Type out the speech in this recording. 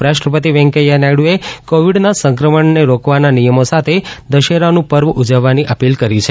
ઉપરાષ્ટ્રપતિ વેંકૈથા નાયડુએ કોવિડના સંક્રમણને રોકવાના નિયમો સાથે દશેરાનું પર્વ ઉજવવાની અપીલ કરી છે